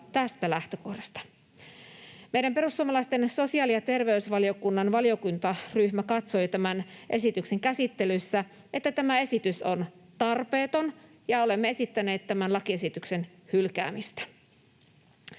tästä lähtökohdasta. Meidän perussuomalaisten sosiaali- ja terveysvaliokunnan valiokuntaryhmä katsoi tämän esityksen käsittelyssä, että tämä esitys on tarpeeton, ja olemme esittäneet tämän lakiesityksen hylkäämistä.